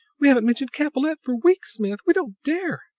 we haven't mentioned capellette for weeks, smith! we don't dare!